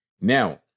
Now